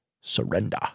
surrender